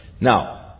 Now